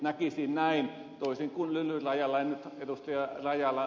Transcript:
näkisin näin toisin kuin ed